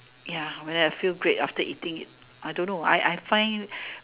ya where I feel great after eating it I don't know I I find